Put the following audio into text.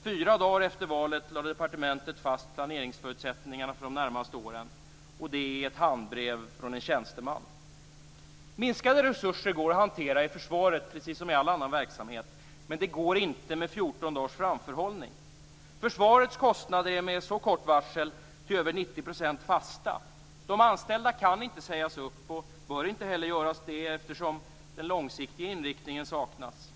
Fyra dagar efter valet lade departementet fast planeringsförutsättningarna för de närmaste åren, och det skedde i ett handbrev från en tjänsteman. Minskade resurser går att hantera i försvaret liksom i all annan verksamhet, men det går inte med 14 dagars framförhållning. Försvarets kostnader är med så kort varsel till över 90 % fasta. De anställda kan inte sägas upp och bör inte heller sägas upp, eftersom den långsiktiga inriktningen saknas.